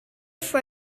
for